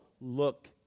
look